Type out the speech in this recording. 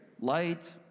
Light